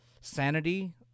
sanity